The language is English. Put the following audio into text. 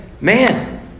man